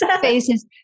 faces